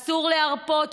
אסור להרפות,